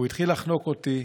והוא התחיל לחנוק אותי.